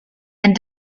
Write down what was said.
and